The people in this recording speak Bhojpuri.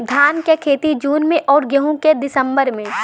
धान क खेती जून में अउर गेहूँ क दिसंबर में?